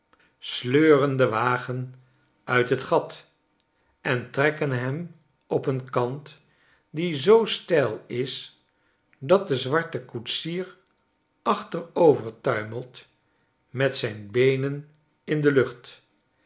sleuren den wagen uit het gat en trekken hem op een kant die zoo steil is dat de zwarte koetsier achterover tuimelt met zijn beenen in de lucht